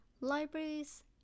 libraries